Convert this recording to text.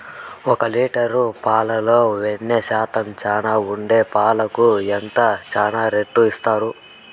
ఒక లీటర్ పాలలో వెన్న శాతం చానా ఉండే పాలకు ఎంత చానా రేటు ఇస్తారు?